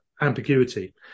ambiguity